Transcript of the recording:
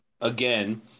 again